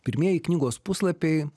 pirmieji knygos puslapiai